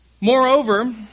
Moreover